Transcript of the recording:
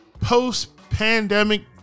post-pandemic